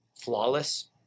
flawless